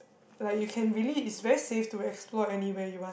like you can really it's very safe to explore anywhere you want